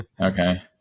okay